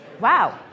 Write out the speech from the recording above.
Wow